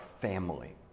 family